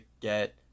get